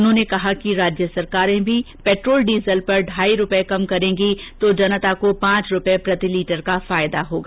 उन्होंने कहा कि राज्य सरकारें भी पैट्रोल डीजल पर ढाई रूपए कम करेंगी तो जनता को पांच रूपए प्रति लीटर का फायदा होगा